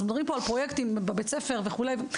אז מדברים פה על פרויקטים בבית ספר, וכולי.